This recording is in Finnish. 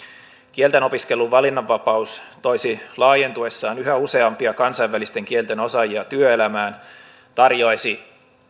kieltenopiskelun valinnanvapaus toisi laajentuessaan yhä useampia kansainvälisten kielten osaajia työelämään